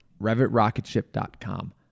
RevitRocketShip.com